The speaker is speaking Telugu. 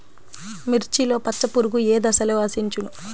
మిర్చిలో పచ్చ పురుగు ఏ దశలో ఆశించును?